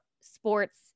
sports